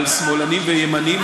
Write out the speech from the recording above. על שמאלנים וימנים,